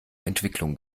entwicklung